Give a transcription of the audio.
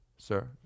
Sir